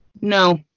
No